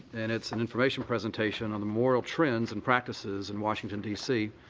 and it's an information presentation on the memorial trends and practices in washington, d c.